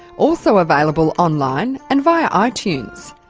also available online and via ah itunes.